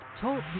talk